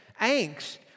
angst